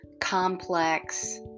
complex